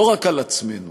לא רק על עצמנו